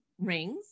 rings